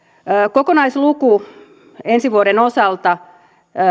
kokonaisluku ensi vuoden osalta